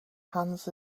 hands